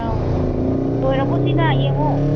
ꯑꯧ ꯂꯣꯏꯔꯕꯣ ꯁꯤꯅ ꯌꯦꯡꯉꯣ